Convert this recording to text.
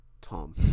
Tom